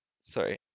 sorry